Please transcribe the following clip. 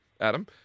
Adam